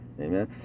Amen